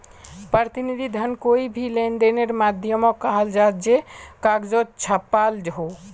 प्रतिनिधि धन कोए भी लेंदेनेर माध्यामोक कहाल जाहा जे कगजोत छापाल हो